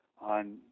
on